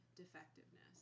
defectiveness